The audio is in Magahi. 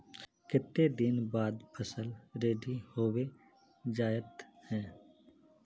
केते दिन बाद फसल रेडी होबे जयते है?